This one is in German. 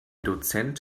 dozent